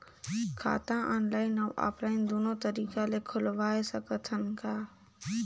खाता ऑनलाइन अउ ऑफलाइन दुनो तरीका ले खोलवाय सकत हन का?